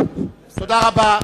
תודה רבה.